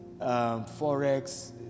Forex